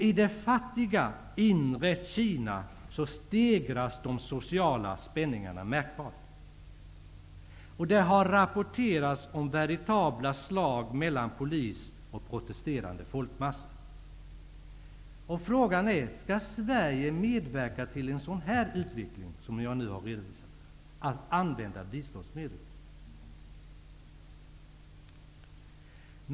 I det fattiga inre Kina stegras de sociala spänningarna märkbart. Det har rapporterats om veritabla slag mellan polis och protesterande folkmassor. Skall Sverige medverka till en sådan utveckling, som jag nu har redovisat, genom användningen av biståndsmedel?